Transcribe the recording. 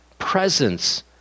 presence